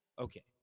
Okay